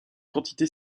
quantité